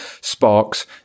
sparks